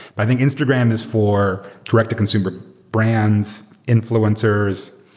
i think instagram is for direct to consumer brands, influencers,